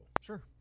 Sure